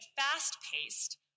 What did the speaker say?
fast-paced